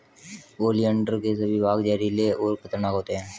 oleander के सभी भाग जहरीले और खतरनाक होते हैं